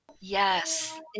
Yes